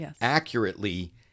accurately